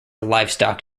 livestock